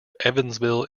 evansville